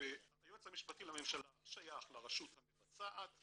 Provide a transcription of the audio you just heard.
היועץ המשפטי לממשלה שייך לרשות המבצעת,